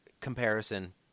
comparison